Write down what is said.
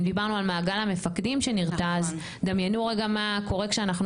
אם דיברנו על מעגל מפקדים שנרתע אז דמיינו רגע מה קורה שאנחנו